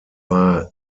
war